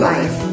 Life